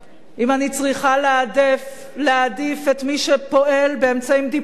אם אני צריכה להעדיף את מי שפועל באמצעים דיפלומטיים